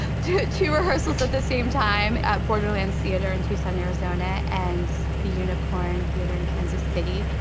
two rehearsals at the same time, at borderlands theater in tucson, arizona and the unicorn theater in kansas city.